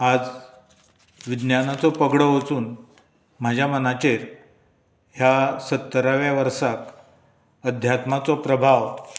आज विज्ञानाचो पगडो वचून म्हज्या मनाचेर ह्या सत्तराव्या वर्साक अध्यात्म्याचो प्रभाव